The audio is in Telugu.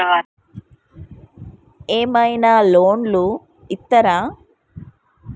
ఏమైనా లోన్లు ఇత్తరా?